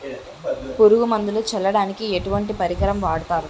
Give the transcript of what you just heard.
పురుగు మందులు చల్లడానికి ఎటువంటి పరికరం వాడతారు?